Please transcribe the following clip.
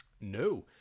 No